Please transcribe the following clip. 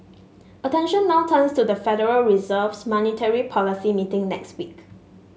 attention now turns to the Federal Reserve's monetary policy meeting next week